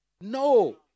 No